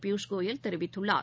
பியூஷ் கோயல் தெரிவித்துள்ளார்